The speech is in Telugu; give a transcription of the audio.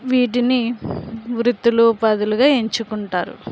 వీటిని వృత్తిలో ఉపాధులుగా ఎంచుకుంటారు